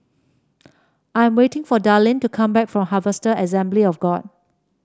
I am waiting for Darlyne to come back from Harvester Assembly of God